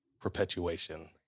perpetuation